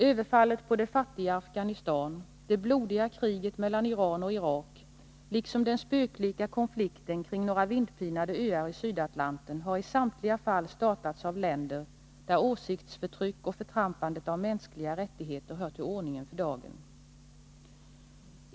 Överfallet på det fattiga Afghanistan, det blodiga kriget mellan Iran och Irak liksom den spöklika konflikten kring några vindpinade öar i Sydatlanten har startats av länder där åsiktsförtryck och förtrampandet av mänskliga rättigheter hör till ordningen för dagen.